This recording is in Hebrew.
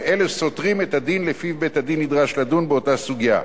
אם אלו סותרים את הדין שלפיו בית-הדין נדרש לדון באותה סוגיה.